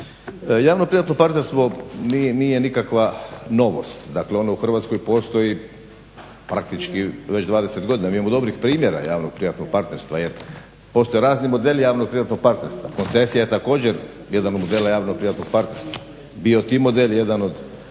Javno-privatno partnerstvo nije nikakva novost, dakle ono u Hrvatskoj postoji praktički već 20 godina. Mi imamo dobrih primjera javno-privatnog partnerstva jer postoje razni modeli javno-privatnog partnerstva. Koncesija je također jedan od modela javno-privatnog partnerstva, … model je jedan od